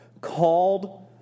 called